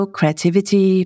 creativity